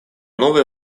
новой